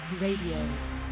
Radio